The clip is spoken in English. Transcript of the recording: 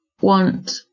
want